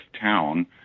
town